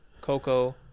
Coco